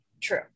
true